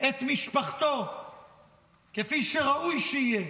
את משפחתו כפי שראוי שיהיה